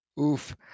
Oof